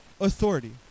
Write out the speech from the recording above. authority